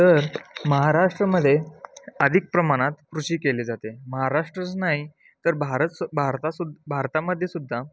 तर महाराष्ट्रमध्ये अधिक प्रमाणात कृषी केली जाते महाराष्ट्रच नाही तर भारत भारतासुद्धा भारतामध्ये सुद्धा